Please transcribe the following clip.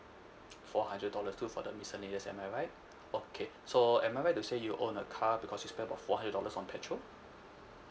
four hundred dollars two for the miscellaneous am I right okay so am I right to say you own a car because you spend about four hundred dollars on petrol